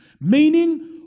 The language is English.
Meaning